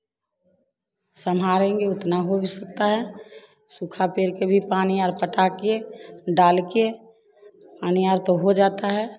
सम्हालेंगे उतना हो सकता है सुखा पेर के भी पानी और पटा कर डाल कर पानी तो हो जाता है